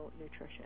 nutrition